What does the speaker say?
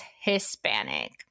Hispanic